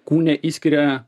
kūne išskiria